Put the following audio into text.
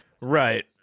Right